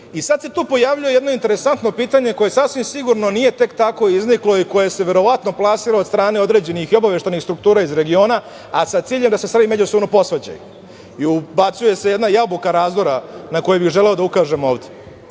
se tu pojavljuje jedno interesantno pitanje, koje sasvim sigurno nije tek tako izniklo i koje se verovatno plasira od strane određenih obaveštajnih struktura iz regiona, a sa ciljem da se u stvari međusobno posvađaju. Ubacuje se jedna jabuka razdora na koju bih želeo da ukažem ovde.